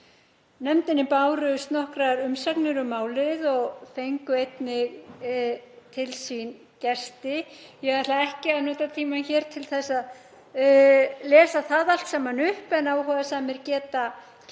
Nefndinni bárust nokkrar umsagnir um málið og fékk einnig til sín gesti. Ég ætla ekki að nota tímann hér til að lesa það allt saman upp en áhugasamir geta kynnt